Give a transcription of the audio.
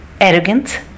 arrogant